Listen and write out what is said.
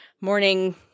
morning